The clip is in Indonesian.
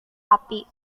api